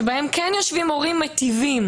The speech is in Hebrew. שבהם כן יושבים הורים מיטיבים,